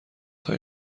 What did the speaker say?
های